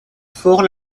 fort